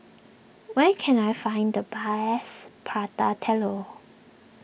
where can I find the best Prata Telur